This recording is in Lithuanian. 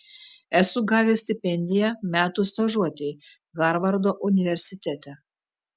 esu gavęs stipendiją metų stažuotei harvardo universitete